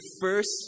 first